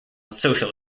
social